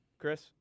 Chris